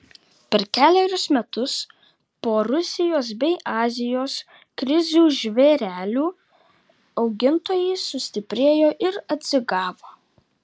per kelerius metus po rusijos bei azijos krizių žvėrelių augintojai sustiprėjo ir atsigavo